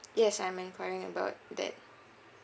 yes I'm enquiring about that